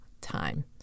time